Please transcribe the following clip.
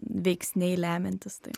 veiksniai lemiantys tai